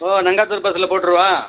ஓ நங்காத்தூர் பஸ்ஸில் போட்டுறவா